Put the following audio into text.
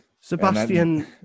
Sebastian